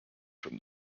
from